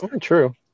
true